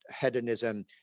hedonism